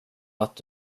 att